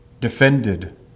defended